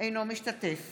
אינו משתתף